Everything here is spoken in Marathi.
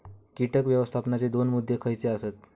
कीटक व्यवस्थापनाचे दोन मुद्दे खयचे आसत?